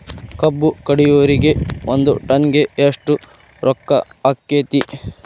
ಕಬ್ಬು ಕಡಿಯುವರಿಗೆ ಒಂದ್ ಟನ್ ಗೆ ಎಷ್ಟ್ ರೊಕ್ಕ ಆಕ್ಕೆತಿ?